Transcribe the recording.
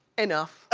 enough. ah